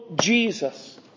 Jesus